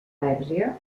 al·lèrgia